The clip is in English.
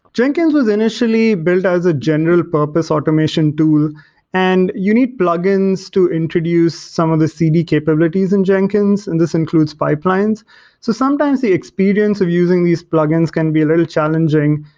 jenkins was initially built as a general-purpose automation tool and you need plugins to introduce some of the cd capabilities in jenkins and this includes pipelines so sometimes the experience of using these plugins can be a little challenging,